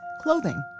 clothing